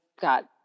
got